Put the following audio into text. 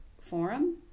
forum